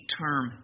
term